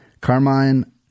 Carmine